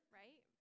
right